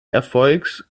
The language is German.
erfolgs